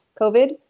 COVID